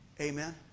amen